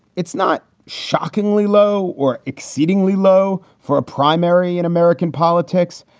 it's not shockingly low or exceedingly low for a primary in american politics,